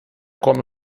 come